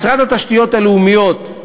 משרד התשתיות הלאומיות,